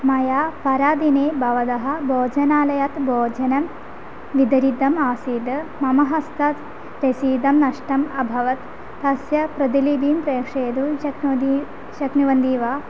मया परादिने भवतः भोजनालयात् भोजनं वितरितम् आसीत् मम हस्तात् रसीदं नष्टम् अभवत् तस्य प्रतिलिपिं प्रेषयितुं शक्नोति शक्नुवन्ति वा